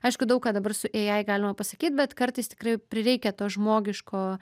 aišku daug ką dabar su ei ai galima pasakyt bet kartais tikrai prireikia to žmogiško